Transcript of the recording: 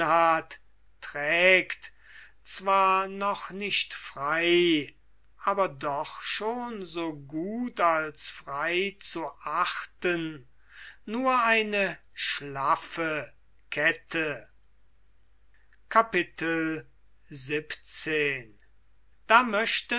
trägt zwar noch nicht frei aber doch schon so gut als frei zu achten eine schlaffe kette xvii da möchte